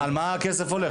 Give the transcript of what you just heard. על מה הכסף הולך?